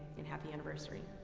and happy anniversary.